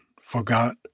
forgot